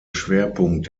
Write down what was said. schwerpunkt